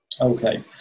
Okay